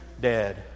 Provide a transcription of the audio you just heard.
dead